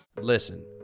Listen